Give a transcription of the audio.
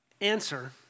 answer